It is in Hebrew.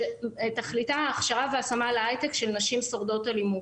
שתכלית הכשרה והשמה להיי-טק של נשים שורדות אלימות.